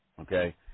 Okay